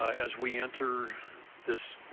as we enter this